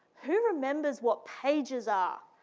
who remembers what pages are?